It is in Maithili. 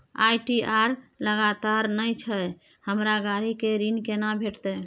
आई.टी.आर लगातार नय छै हमरा गाड़ी के ऋण केना भेटतै?